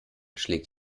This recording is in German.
schlägt